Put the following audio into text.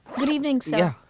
good evening sir.